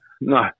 No